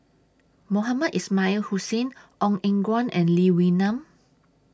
Mohamed Ismail Hussain Ong Eng Guan and Lee Wee Nam